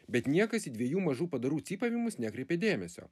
bet niekas į dviejų mažų padarų cypavimus nekreipė dėmesio